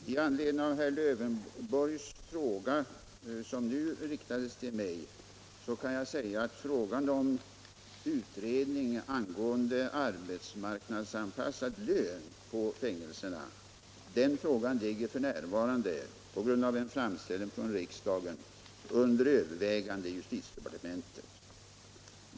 Herr talman! Med anledning av den fråga herr Lövenborg nu riktade till mig kan jag säga att frågan om en utredning angående arbetsmarknadsanpassad lön på fängelserna f.n. - på grund av en framställning från riksdagen — är under övervägande i justitiedepartementet.